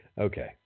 Okay